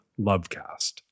LOVECAST